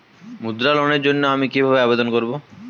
মুদ্রা লোনের জন্য আমি কিভাবে আবেদন করবো?